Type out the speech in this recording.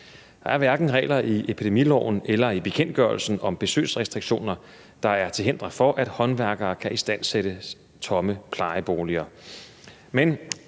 Der er hverken regler i epidemiloven eller i bekendtgørelsen om besøgsrestriktioner, der er til hinder for, at håndværkere kan istandsætte tomme plejeboliger,